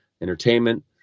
entertainment